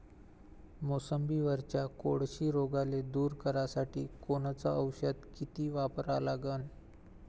मोसंबीवरच्या कोळशी रोगाले दूर करासाठी कोनचं औषध किती वापरा लागन?